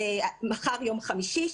מחר יום חמישי,